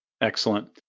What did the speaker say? Excellent